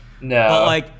No